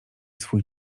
swój